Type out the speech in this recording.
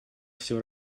все